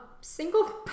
single